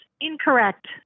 incorrect